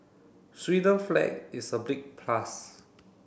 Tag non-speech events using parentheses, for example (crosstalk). (unintelligible) flag is a big plus